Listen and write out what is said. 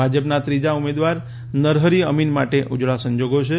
ભાજપના ત્રીજા ઉમેદવાર નરહરી અમીન માટે ઉજળા સંજોગો છે